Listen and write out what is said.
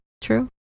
true